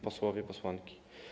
Posłowie, Posłanki!